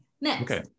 Next